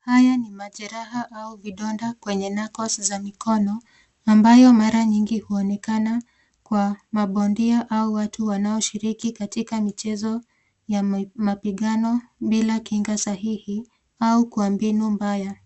Haya ni majeraha au vidonda kwenye knuckles za mikono ambayo mara nyingi huonekana kwa mabondia au watu wanaoshiriki katika michezo ya mapigano bila kinga sahihi au kwa mbinu haya.